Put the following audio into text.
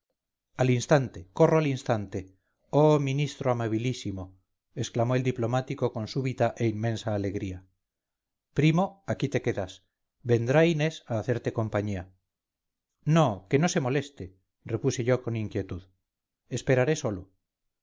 al instante corro al instante oh ministro amabilísimo exclamó el diplomático con súbita e inmensa alegría primo ahí te quedas vendrá inés a hacerte compañía no que no se moleste repuse yo con inquietud esperaré solo